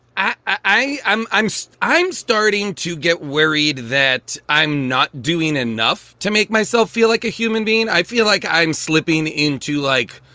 i i'm i'm i'm starting to get worried that i'm not doing enough to make myself feel like a human being. i feel like i'm slipping into, like,